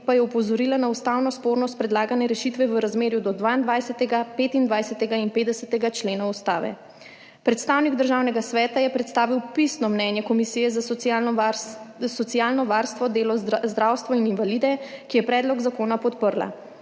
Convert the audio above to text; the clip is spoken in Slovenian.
pa je opozorila na ustavno spornost predlagane rešitve v razmerju do 22., 25. in 50. člena Ustave. Predstavnik Državnega sveta je predstavil pisno mnenje Komisije za socialno varstvo, delo, zdravstvo in invalide, ki je predlog zakona podprla.